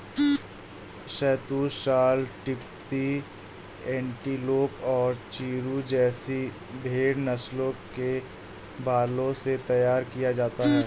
शहतूश shawl तिब्बती antelope और चिरु जैसी भेड़ नस्लों के बालों से तैयार किया जाता है